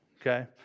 okay